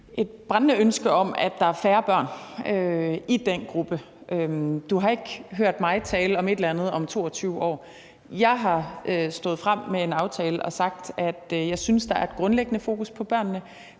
et brændende ønske om, at der er færre børn i den gruppe. Du har ikke hørt mig tale om, at der sker et eller andet om 22 år. Jeg er stået frem med en aftale og har sagt, at jeg synes, at der grundlæggende er fokus på børnene.